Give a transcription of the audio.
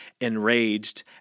Enraged